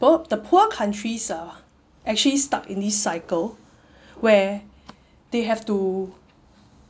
po~ the poor countries are actually stuck in this cycle where they have to